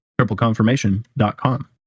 tripleconfirmation.com